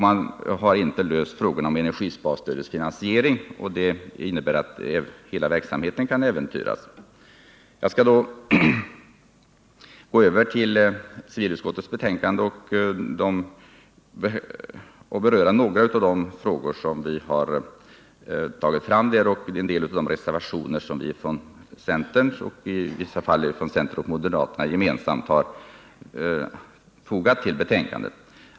Man har inte löst frågorna om energisparstödets finansiering, och det innebär att hela verksamheten kan äventyras. Jag skall gå över till civilutskottets betänkande och beröra några av de frågor som vi där behandlat och en del av de reservationer som centern och i vissa fall centern och moderaterna gemensamt har fogat till betänkandet.